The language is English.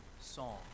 song